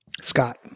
Scott